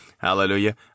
Hallelujah